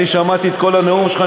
אני שמעתי את כל הנאום שלך,